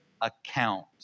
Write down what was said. account